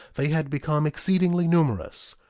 they had become exceedingly numerous.